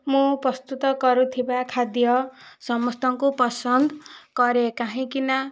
ମୁଁ ପ୍ରସ୍ତୁତ କରୁଥିବା ଖାଦ୍ୟ ସମସ୍ତଙ୍କୁ ପସନ୍ଦ କରେ କାହିଁକି ନା